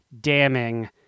damning